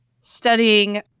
studying